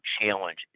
challenge